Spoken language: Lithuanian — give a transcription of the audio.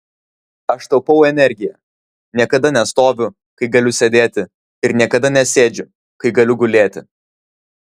aš taupau energiją niekada nestoviu kai galiu sėdėti ir niekada nesėdžiu kai galiu gulėti